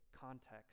context